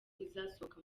izasohoka